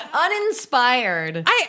uninspired